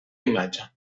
imatge